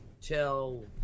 till